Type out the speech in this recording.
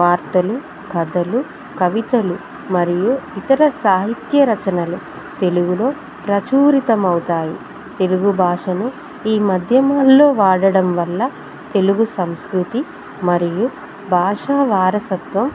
వార్తలు కథలు కవితలు మరియు ఇతర సాహిత్య రచనలు తెలుగులో ప్రచురితమవుతాయి తెలుగు భాషను ఈ మధ్యమాల్లో వాడడం వల్ల తెలుగు సంస్కృతి మరియు భాషా వారసత్వం